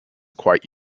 quite